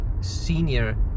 senior